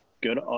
good